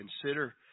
consider